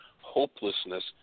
hopelessness